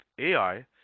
AI